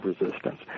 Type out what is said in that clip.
resistance